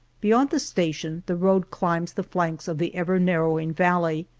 beyond the station the road climbs the flanks of the ever-narrowing valley,